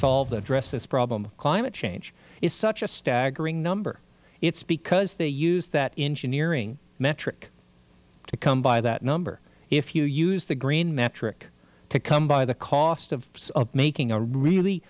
solve and address this problem of climate change is such a staggering number it's because they use that engineering metric to come by that number if you use the green metric to come by the cost of making a really